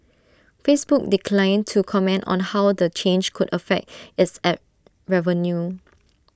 Facebook declined to comment on how the change could affect its Ad revenue